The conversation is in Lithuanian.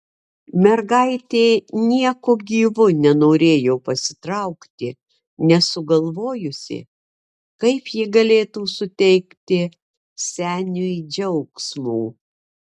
mergaitė nieku gyvu nenorėjo pasitraukti nesugalvojusi kaip ji galėtų suteikti seniui džiaugsmo